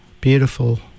beautiful